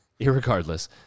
irregardless